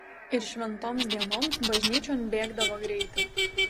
ir šventoms dienoms bažnyčion bėgdavo greitai